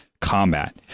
combat